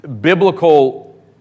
biblical